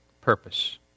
purpose